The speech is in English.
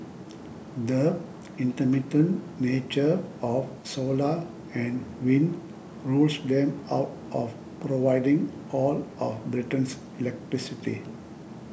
the intermittent nature of solar and wind rules them out of providing all of Britain's electricity